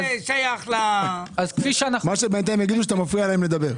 זה שייך --- מה שבינתיים הם יגידו זה שאתה מפריע להם לדבר.